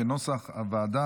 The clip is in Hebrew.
כנוסח הוועדה,